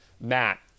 Matt